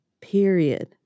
period